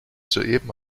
soeben